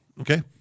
Okay